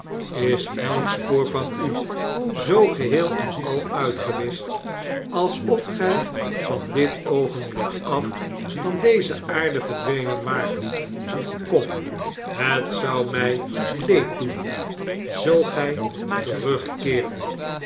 is elk spoor van u zoo geheel en al uitgewischt alsof gij van dit oogenblik af van deze aarde verdwenen waart kom het zou mij leed doen zoo gij terugkeerdet